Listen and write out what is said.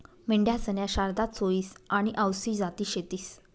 मेंढ्यासन्या शारदा, चोईस आनी आवसी जाती शेतीस